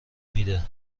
میده